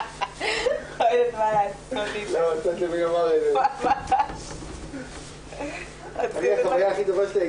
רק בגלל שהמילה גז היתה באוויר מה זה עשה לה ואמא שלי היתה